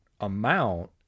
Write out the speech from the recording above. amount